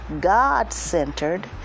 God-centered